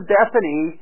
Bethany